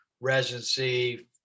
residency